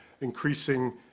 increasing